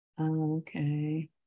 Okay